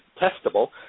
testable